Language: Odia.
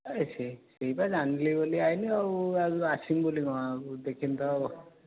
ସେହିପା ଜାଣିଲି ବୋଲି ଆଇଲି ଆଉ ଆସିଲି ବୋଲି କ'ଣ ଦେଖିଲି